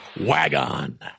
Wagon